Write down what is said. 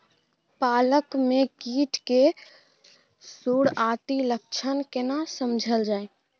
पालक में कीट के सुरआती लक्षण केना समझल जाय?